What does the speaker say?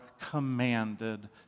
commanded